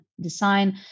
design